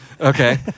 okay